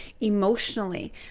emotionally